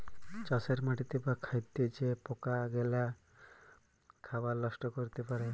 চাষের মাটিতে বা খাদ্যে যে পকা লেগে খাবার লষ্ট ক্যরতে পারে